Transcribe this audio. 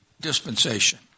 dispensation